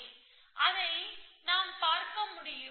எனவே அதை நாம் பார்க்க முடியும்